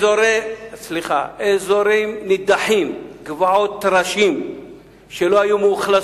אתה לא מכיר את האנשים אפילו.